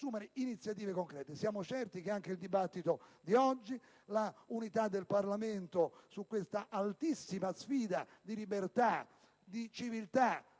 iniziative concrete. Siamo certi che, anche dopo il dibattito odierno, l'unità del Parlamento su questa altissima sfida di libertà, di civiltà,